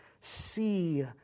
see